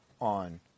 on